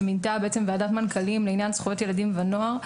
שמינתה ועדת מנכ"לים לעניין זכויות ילדים ונוער,